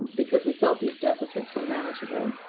because we felt these deficits were manageable,